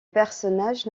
personnage